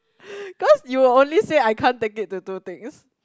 cause you'll only say I can't take it to two things